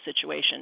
situation